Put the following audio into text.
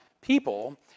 people